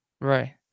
Right